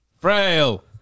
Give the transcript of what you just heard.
frail